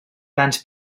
grans